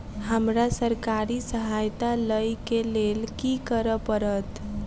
हमरा सरकारी सहायता लई केँ लेल की करऽ पड़त?